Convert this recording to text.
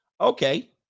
Okay